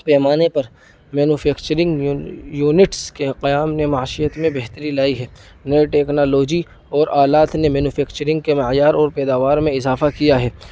پیمانے پر manufacturing units کے قیام میں معیشت میں بہتری لائی ہے نئے ٹیکنالوجی اور آلات نے مینوفیکچرنگ کے معیار اور پیداوار میں اضافہ کیا ہے